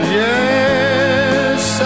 yes